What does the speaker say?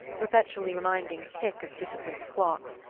the perpetually reminding tick of disciplined clocks,